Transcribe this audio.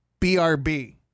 brb